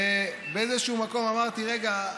ובאיזשהו מקום אמרתי: רגע,